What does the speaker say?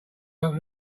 open